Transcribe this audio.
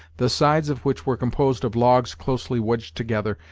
the sides of which were composed of logs closely wedged together,